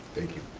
thank you.